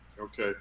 Okay